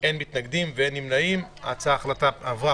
הצבעה